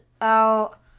out